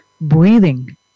Breathing